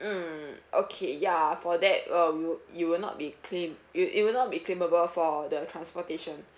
mm okay ya for that err we'll you will not be claim it it will not be claimable for the transportation